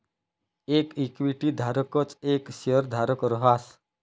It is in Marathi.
येक इक्विटी धारकच येक शेयरधारक रहास